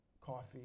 coffee